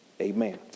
Amen